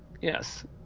Yes